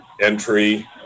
entry